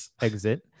exit